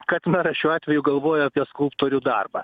kad meras šiuo atveju galvoja apie skulptorių darbą